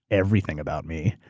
everything about me.